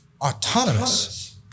Autonomous